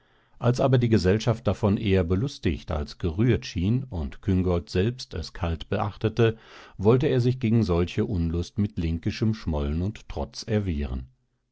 als aber die gesellschaft davon eher belustigt als gerührt schien und küngolt selbst es kalt beachtete wollte er sich gegen solche unlust mit linkischem schmollen und trotz erwehren